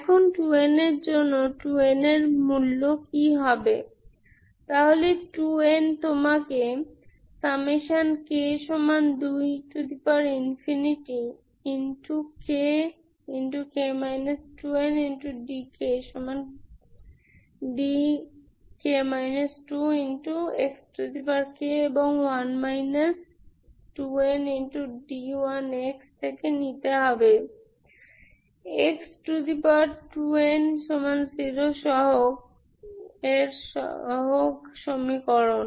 এখন 2n এর জন্য 2n এর রুট্য কি হবে তাহলে 2n তোমাকে k2kk 2ndkdk 2xk এবং 1 2nd1x থেকে নিতে হবে তাহলে x2n0 সহগের সমীকরণ